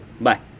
Bye